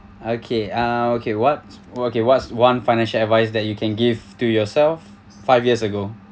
okay uh okay what's okay what's one financial advice that you can give to yourself five years ago